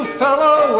fellow